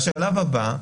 בשלב הבא,